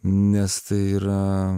nes tai yra